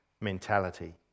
mentality